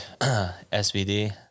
SVD